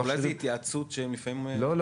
אולי זו התייעצות שהם לפעמים, לא?